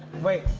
wait,